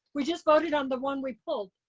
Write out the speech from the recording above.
we just voted on the one we pulled.